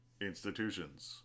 Institutions